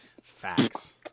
Facts